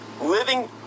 Living